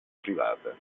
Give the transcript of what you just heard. privata